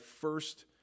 first